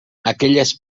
aquelles